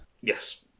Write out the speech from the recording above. Yes